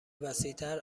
وسیعتر